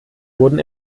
wurden